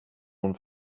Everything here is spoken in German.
und